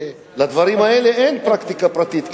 לדברים האלה אין פרקטיקה פרטית.